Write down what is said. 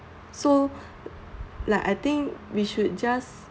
like I think we should just